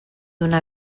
una